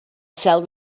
cel